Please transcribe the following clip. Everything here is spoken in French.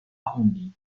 arrondis